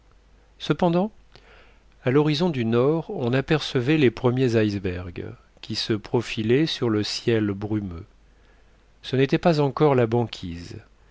cependant à l'horizon du nord on apercevait les premiers icebergs qui se profilaient sur le ciel brumeux ce n'était pas encore la banquise